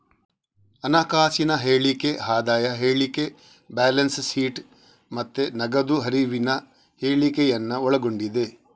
ಹಣಕಾಸಿನ ಹೇಳಿಕೆ ಆದಾಯ ಹೇಳಿಕೆ, ಬ್ಯಾಲೆನ್ಸ್ ಶೀಟ್ ಮತ್ತೆ ನಗದು ಹರಿವಿನ ಹೇಳಿಕೆಯನ್ನ ಒಳಗೊಂಡಿದೆ